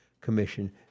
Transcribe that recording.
Commission